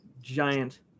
giant